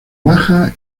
baja